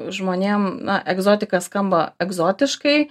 žmonėm na egzotika skamba egzotiškai